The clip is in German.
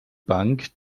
bank